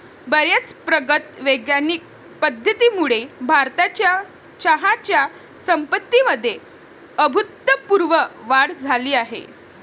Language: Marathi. बर्याच प्रगत वैज्ञानिक पद्धतींमुळे भारताच्या चहाच्या संपत्तीमध्ये अभूतपूर्व वाढ झाली आहे